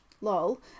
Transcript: lol